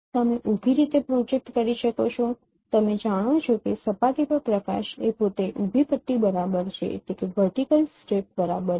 તમે ઊભી રીતે પ્રોજેક્ટ કરી શકો છો તમે જાણો છો કે સપાટી પર પ્રકાશ એ પોતે ઊભી પટ્ટી બરાબર છે